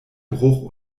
bruch